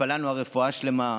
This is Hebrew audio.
התפללנו על רפואה שלמה.